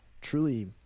truly